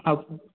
அப்